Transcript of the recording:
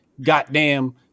goddamn